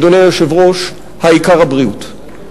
אדוני היושב-ראש: העיקר הבריאות.